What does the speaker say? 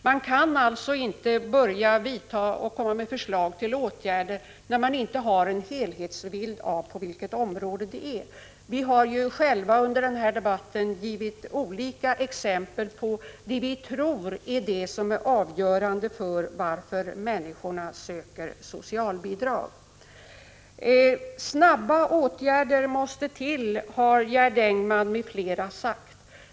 Man kan alltså inte framlägga förslag och vidta åtgärder när man inte har en helhetsbild av på vilket område problemen finns. Vi har ju själva under debatten gett olika exempel på det vi tror är avgörande för att människor söker socialbidrag. Snabba åtgärder måste till, har Gerd Engman m.fl. sagt.